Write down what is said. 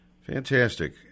Fantastic